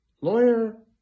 Lawyer